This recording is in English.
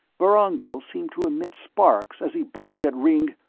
vorongil seemed to emit sparks as he barked at ringg,